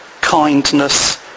kindness